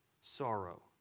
sorrow